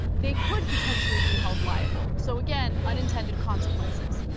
they could potentially be held liable so again, unintended consequences.